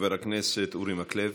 חבר הכנסת אורי מקלב,